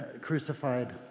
crucified